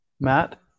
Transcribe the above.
Matt